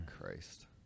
Christ